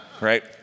right